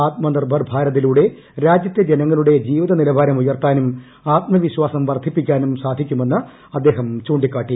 ആത്മനിർഭർ ഭാരതിലൂടെ രാജ്യത്തെ ജനങ്ങളുടെ ജീവിത നിലവാരം ഉയർത്താനും ആത്മവിശ്വാസം വർദ്ധിപ്പിക്കാനും സാധിക്കുമെന്ന് അദ്ദേഹം ചൂണ്ടിക്കാട്ടി